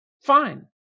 Fine